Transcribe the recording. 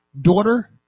daughter